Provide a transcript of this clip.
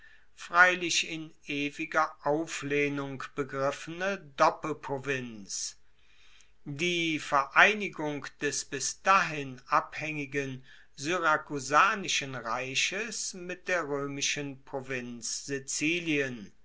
freilich in ewiger auflehnung begriffene doppelprovinz die vereinigung des bis dahin abhaengigen syrakusanischen reiches mit der roemischen provinz sizilien